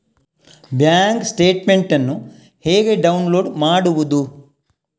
Bank statement ಅನ್ನು ಹೇಗೆ download ಮಾಡುವುದು?